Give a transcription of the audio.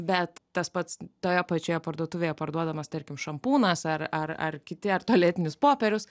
bet tas pats toje pačioje parduotuvėje parduodamas tarkim šampūnas ar ar ar kiti ar tualetinis popierius